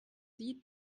sieht